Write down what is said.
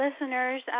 listeners